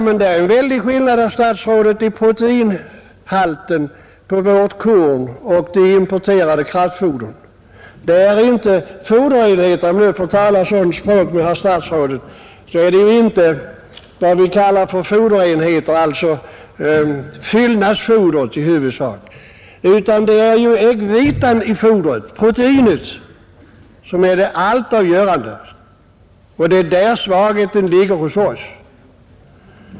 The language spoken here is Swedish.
Men det är en väldig skillnad, herr statsråd, på proteinhalten i vårt korn och i importerat kraftfoder. Det är inte antalet foderenheter vi har problem med utan det är äggvitan i fodret, proteinet, som är det allt avgörande. Det är där svagheten ligger hos oss.